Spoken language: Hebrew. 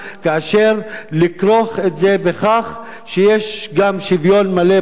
ולכרוך את זה בכך שיש גם שוויון מלא בזכויות